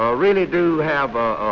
ah really do have a